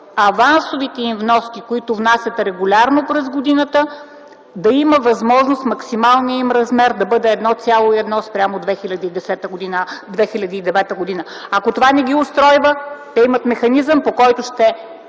авансовите им вноски, които внасят регулярно през годината, да има възможност максималният им размер да бъде 1,1 спрямо 2009 г. Ако това не ги устройва, те имат механизъм, по който ще